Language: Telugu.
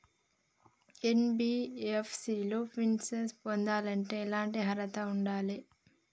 ఎన్.బి.ఎఫ్.సి లో ఫైనాన్స్ పొందాలంటే ఎట్లాంటి అర్హత ఉండాలే?